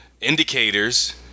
indicators